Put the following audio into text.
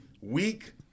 Weak